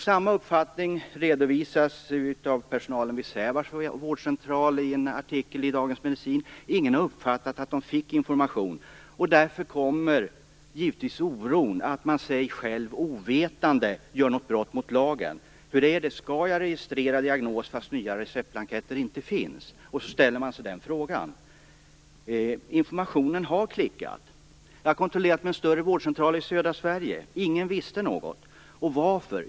Samma uppfattning redovisas av personalen vid Ingen har uppfattat att de fick information. Därför kommer oron att man sig själv ovetande begår ett brott mot lagen. Skall man registrera diagnos fast det inte finns nya receptblanketter? Informationen har klickat. Jag har kontrollerat med en större vårdcentral i södra Sverige. Ingen visste något, och varför?